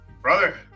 brother